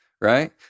right